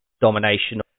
domination